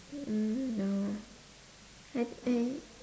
um no I I